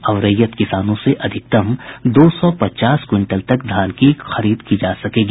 अब रैयत किसानों से अधिकतम दो सौ पचास क्विंटल तक धान की खरीद की जायेगी